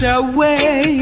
away